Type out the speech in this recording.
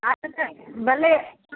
हा भले